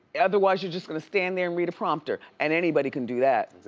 yeah otherwise you're just gonna stand there and read a prompter and anybody can do that.